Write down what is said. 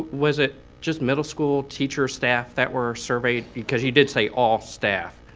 was it just middle school teacher staff that were surveyed? because you did say all staff.